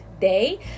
day